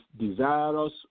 desirous